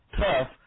tough